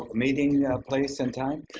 meeting place and time.